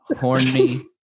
horny